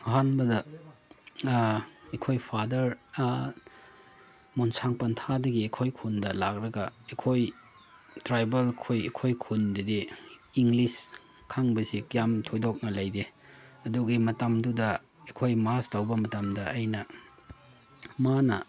ꯑꯍꯥꯟꯕꯗ ꯑꯩꯈꯣꯏ ꯐꯥꯗꯔ ꯃꯣꯟꯁꯥꯡ ꯄꯟꯊꯥꯗꯒꯤ ꯑꯩꯈꯣꯏ ꯈꯨꯟꯗ ꯂꯥꯛꯂꯒ ꯑꯩꯈꯣꯏ ꯇ꯭ꯔꯥꯏꯕꯦꯜꯈꯣꯏ ꯑꯩꯈꯣꯏ ꯈꯨꯟꯗꯗꯤ ꯏꯪꯂꯤꯁ ꯈꯪꯕꯁꯦ ꯀꯌꯥꯝ ꯊꯣꯏꯗꯣꯛꯅ ꯂꯩꯇꯦ ꯑꯗꯨꯒꯤ ꯃꯇꯝꯗꯨꯗ ꯑꯩꯈꯣꯏ ꯃꯥꯁ ꯇꯧꯕ ꯃꯇꯝꯗ ꯑꯩꯅ ꯃꯥꯅ